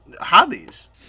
hobbies